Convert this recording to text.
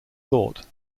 thought